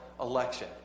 election